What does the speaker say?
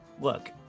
Look